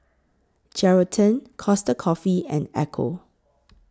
Geraldton Costa Coffee and Ecco